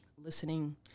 listening